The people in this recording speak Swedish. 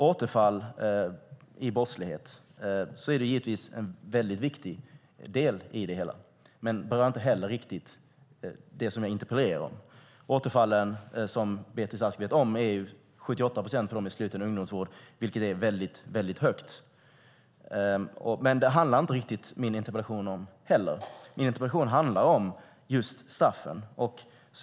Återfall i brottslighet är givetvis en väldigt viktig del i det hela, men det berör inte heller det som jag interpellerade om. Som Beatrice Ask vet är det 78 procent av dem som dömts till sluten ungdomsvård som återfaller i brott, vilket är väldigt högt. Men min interpellation handlade inte riktigt om det. Min interpellation handlar om just straffen.